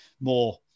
more